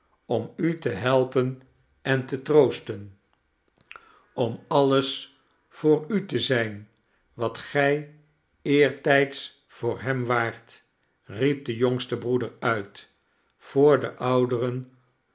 om u te helpen en te troosten om alles voor u te zijn wat gij eertijds voor hem waart riep de jongste broeder uit voor den ouderen